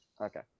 Okay